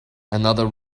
another